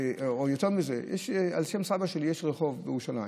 או יותר מזה: על שם סבא שלי יש רחוב בירושלים.